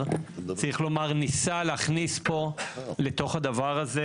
צריך לומר ניסה להכניס פה לתוך הדבר הזה,